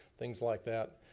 things like that.